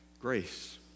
grace